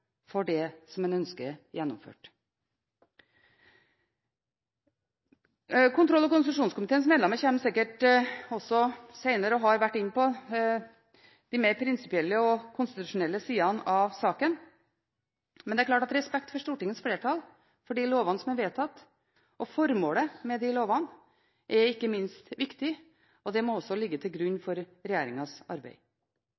for det som han ønsker gjennomført. Kontroll- og konstitusjonskomiteens medlemmer har vært inne på og kommer sikkert også senere inn på de mer prinsipielle og konstitusjonelle sidene av saken. Men det er klart at respekt for Stortingets flertall, for de lovene som er vedtatt, og formålet med de lovene, er ikke minst viktig, og det må også ligge til grunn